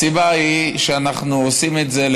הסיבה היא שאנחנו עושים את זה,